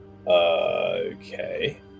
Okay